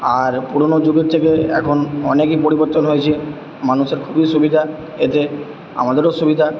আর পুরোনো যুগের থেকে এখন অনেকই পরিবর্তন হয়েছে মানুষের খুবই সুবিধা এতে আমাদেরও সুবিধা